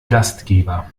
gastgeber